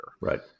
Right